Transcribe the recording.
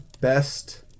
best